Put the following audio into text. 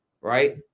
Right